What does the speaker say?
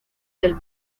del